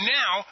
now